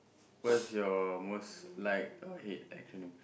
what's your most like or hate acronym